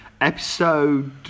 Episode